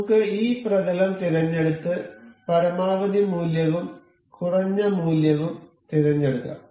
നമുക്ക് ഈ പ്രതലം തിരഞ്ഞെടുത്ത് പരമാവധി മൂല്യവും കുറഞ്ഞ മൂല്യവും തിരഞ്ഞെടുക്കും